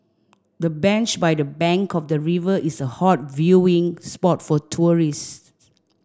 the bench by the bank of the river is a hot viewing spot for tourists